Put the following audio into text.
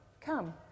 come